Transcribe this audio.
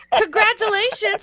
Congratulations